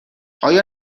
آیا